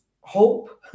hope